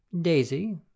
Daisy